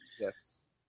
Yes